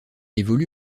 évolue